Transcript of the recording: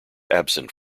absent